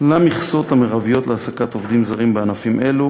למכסות המרביות להעסקת עובדים זרים בענפים אלו,